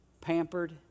pampered